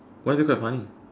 why is it quite funny